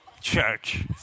Church